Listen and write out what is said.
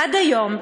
עד היום,